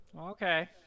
Okay